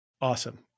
Awesome